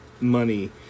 money